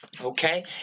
Okay